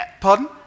Pardon